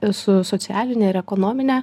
esu socialine ir ekonomine